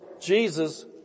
Jesus